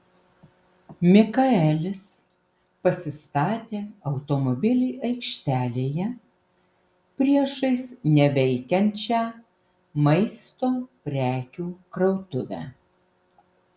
mikaelis pasistatė automobilį aikštelėje priešais neveikiančią maisto prekių krautuvę